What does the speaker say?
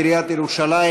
מעיריית ירושלים,